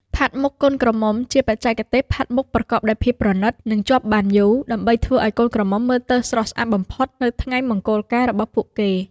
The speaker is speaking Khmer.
ផាត់មុខកូនក្រមុំ ជាបច្ចេកទេសផាត់មុខប្រកបដោយភាពប្រណិត និងជាប់បានយូរ ដើម្បីធ្វើឱ្យកូនក្រមុំមើលទៅស្រស់ស្អាតបំផុតនៅថ្ងៃមង្គលការរបស់ពួកគេ។